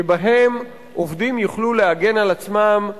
שבהן עובדים יוכלו להגן על עצמם,